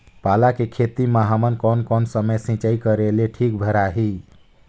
पाला के खेती मां हमन कोन कोन समय सिंचाई करेले ठीक भराही?